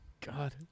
God